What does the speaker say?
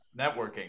Networking